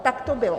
Tak to bylo.